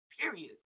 period